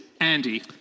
Andy